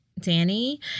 Danny